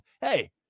Hey